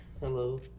hello